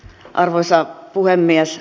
arvoisa puhemies